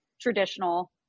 traditional